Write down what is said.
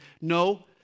no